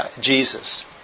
Jesus